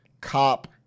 cop